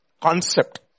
concept